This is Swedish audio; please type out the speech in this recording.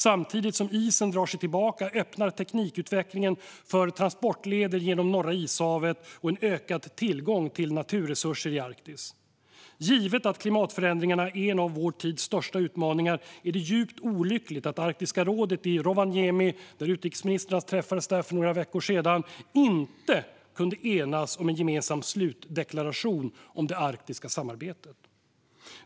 Samtidigt som isen drar sig tillbaka öppnar teknikutvecklingen för transportleder genom Norra ishavet och en ökad tillgång till naturresurser i Arktis. Givet att klimatförändringarna är en av vår tids största utmaningar är det djupt olyckligt att Arktiska rådet i Rovaniemi, där utrikesministrarna träffades för några veckor sedan, inte kunde enas om en gemensam slutdeklaration om det arktiska samarbetet.